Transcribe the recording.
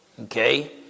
Okay